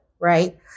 Right